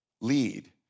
lead